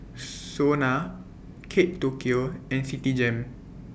Sona Kate Tokyo and Citigem